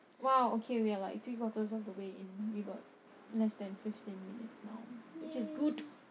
!wow! okay we're like three quarters of the way in we got less than fifteen minutes now which is good